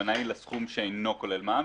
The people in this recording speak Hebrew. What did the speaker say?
- הכוונה היא לסכום שאינו כולל מע"מ,